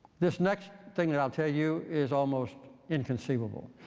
this next thing that i'll tell you is almost inconceivable.